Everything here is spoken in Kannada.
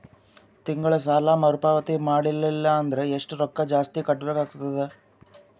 ತಿಂಗಳ ಸಾಲಾ ಮರು ಪಾವತಿ ಮಾಡಲಿಲ್ಲ ಅಂದರ ಎಷ್ಟ ರೊಕ್ಕ ಜಾಸ್ತಿ ಕಟ್ಟಬೇಕಾಗತದ?